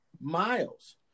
miles